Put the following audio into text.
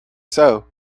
sow